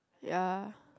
ya